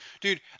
Dude